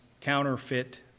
counterfeit